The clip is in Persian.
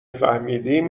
فهمیدیم